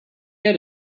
get